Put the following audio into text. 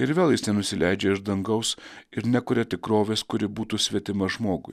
ir vėl jis nenusileidžia iš dangaus ir nekuria tikrovės kuri būtų svetima žmogui